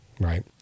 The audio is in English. Right